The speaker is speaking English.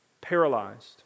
paralyzed